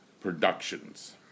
productions